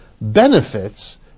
benefits